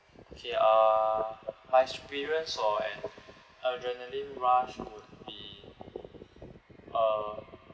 okay uh my experience of an adrenaline rush would be uh